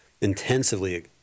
intensively